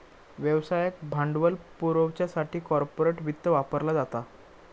व्यवसायाक भांडवल पुरवच्यासाठी कॉर्पोरेट वित्त वापरला जाता